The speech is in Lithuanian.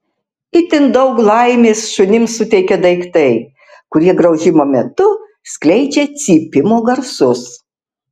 itin daug laimės šunims suteikia daiktai kurie graužimo metu skleidžia cypimo garsus